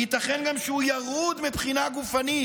ייתכן גם שהוא ירוד מבחינה גופנית,